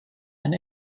and